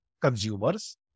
consumers